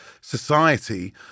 society